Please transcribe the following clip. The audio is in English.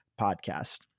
podcast